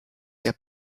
der